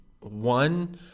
one